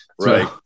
Right